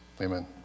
amen